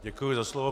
Děkuji za slovo.